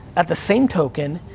at the same token,